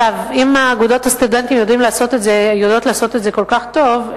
אם אגודות הסטודנטים יודעות לעשות את זה כל כך טוב,